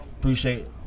Appreciate